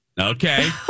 Okay